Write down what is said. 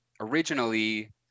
Originally